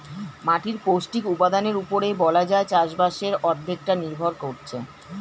মাটির পৌষ্টিক উপাদানের উপরেই বলা যায় চাষবাসের অর্ধেকটা নির্ভর করছে